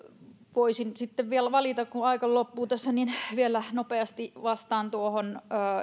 voisin sitten vielä valita kun aika loppuu tässä että vielä nopeasti vastaan tuohon